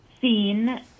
seen